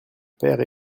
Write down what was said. père